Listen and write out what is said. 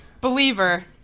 Believer